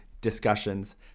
discussions